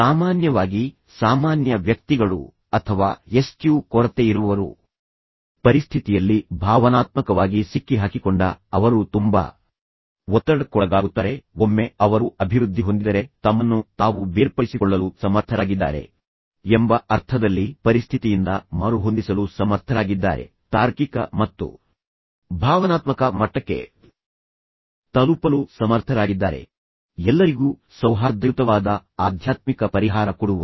ಸಾಮಾನ್ಯವಾಗಿ ಸಾಮಾನ್ಯ ವ್ಯಕ್ತಿಗಳು ಅಥವಾ ಎಸ್ಕ್ಯೂ ಕೊರತೆಯಿರುವವರು ಪರಿಸ್ಥಿತಿಯಲ್ಲಿ ಭಾವನಾತ್ಮಕವಾಗಿ ಸಿಕ್ಕಿಹಾಕಿಕೊಂಡ ಅವರು ತುಂಬಾ ಒತ್ತಡಕ್ಕೊಳಗಾಗುತ್ತಾರೆ ಆದರೆ ಒಮ್ಮೆ ಅವರು ಅಭಿವೃದ್ಧಿ ಹೊಂದಿದರೆ ಈ ಎಸ್ಕ್ಯೂ ಅವರು ತಮ್ಮನ್ನು ತಾವು ಬೇರ್ಪಡಿಸಿಕೊಳ್ಳಲು ಸಮರ್ಥರಾಗಿದ್ದಾರೆ ಎಂಬ ಅರ್ಥದಲ್ಲಿ ಪರಿಸ್ಥಿತಿಯಿಂದ ಮರುಹೊಂದಿಸಲು ಸಮರ್ಥರಾಗಿದ್ದಾರೆ ಮತ್ತು ನಂತರ ಅವರು ಅದನ್ನು ದೂರದಿಂದ ನೋಡಲು ಸಾಧ್ಯವಾಗುತ್ತದೆ ಮತ್ತು ಅವರು ಸಮರ್ಥರಾಗಿದ್ದಾರೆ ತಾರ್ಕಿಕ ಮತ್ತು ಭಾವನಾತ್ಮಕ ಮಟ್ಟಕ್ಕೆ ತಲುಪಲು ಮರುಹೊಂದಿಸಲು ಸಮರ್ಥರಾಗಿದ್ದಾರೆ ಎಲ್ಲರಿಗೂ ಸೌಹಾರ್ದಯುತವಾದ ಆಧ್ಯಾತ್ಮಿಕ ಪರಿಹಾರ ಕೊಡುವರು